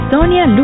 Sonia